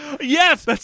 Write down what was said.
yes